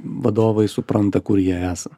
vadovai supranta kur jie esą